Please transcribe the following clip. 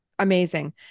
amazing